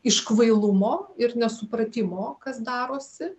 iš kvailumo ir nesupratimo kas darosi